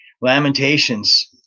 Lamentations